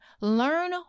Learn